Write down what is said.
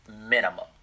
minimum